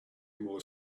more